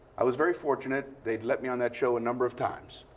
i was very fortunate. they had let me on that show a number of times.